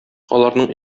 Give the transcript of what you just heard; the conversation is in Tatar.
аларның